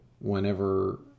whenever